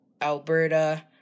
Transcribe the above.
Alberta